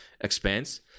expense